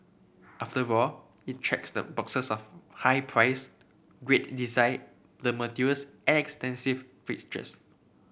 after all it checks the boxes of high price great design the materials and extensive features